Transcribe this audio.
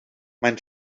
mein